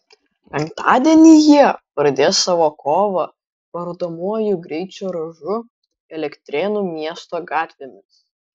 penktadienį jie pradės savo kovą parodomuoju greičio ruožu elektrėnų miesto gatvėmis